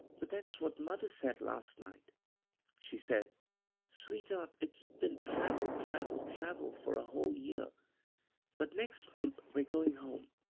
but that's what mother said last night she said sweetheart, it's been travel, travel, travel, for a whole year but next month we're going home.